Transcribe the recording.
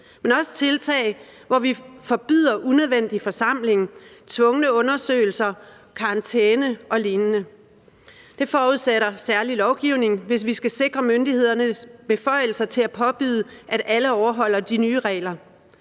er også tiltag, hvor vi forbyder unødvendig forsamling, tvungne undersøgelser, karantæne og lignende. Det forudsætter særlig lovgivning, hvis vi skal sikre myndighederne beføjelser til at påbyde, at alle overholder de nye regler.